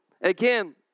Again